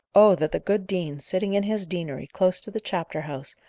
oh! that the good dean, sitting in his deanery close to the chapter-house,